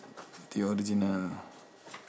the original